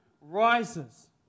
rises